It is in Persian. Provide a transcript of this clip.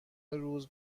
روز